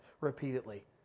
repeatedly